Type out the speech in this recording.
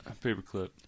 paperclip